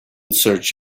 search